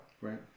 Right